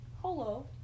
Hello